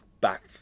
back